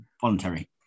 voluntary